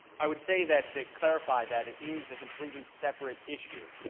i would say that, to clarify that it is a completely separate issue.